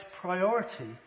priority